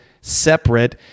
separate